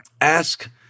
ask